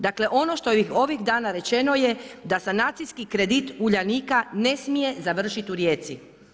Dakle ono što je ovih dana rečeno je da sanacijski kredit Uljanika ne smije završiti u Rijeci.